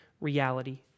reality